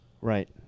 right